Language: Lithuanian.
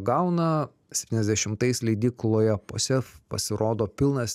gauna septyniasdešimtais leidykloje posef pasirodo pilnas